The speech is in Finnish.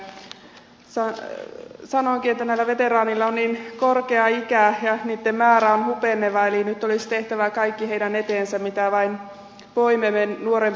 sanonkin että näillä veteraaneilla on niin korkea ikä ja heidän määränsä on hupeneva eli nyt olisi tehtävä kaikki heidän eteensä mitä me nuorempi sukupolvi vain voimme